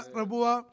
Rabua